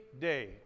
day